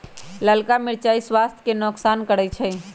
ललका मिरचाइ स्वास्थ्य के नोकसान करै छइ